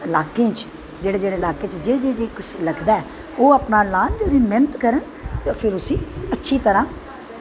लाह्के च जेह्ड़ा जेह्ड़ा कुश लगदा ऐ ओह् लान ते ओह्दा मैह्नत करन ते फिर उसी